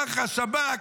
שב"כ,